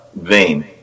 vein